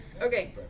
Okay